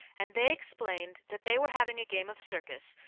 and they explained that they were having a game of circus,